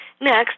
Next